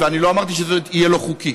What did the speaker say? ואני לא אמרתי שזה יהיה לא חוקי.